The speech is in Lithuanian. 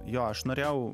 jo aš norėjau